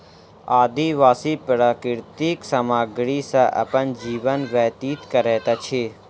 आदिवासी प्राकृतिक सामग्री सॅ अपन जीवन व्यतीत करैत अछि